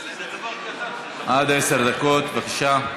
עד עשר דקות, בבקשה.